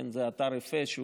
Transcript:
זה אתר אפעה,